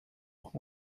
prend